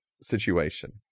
situation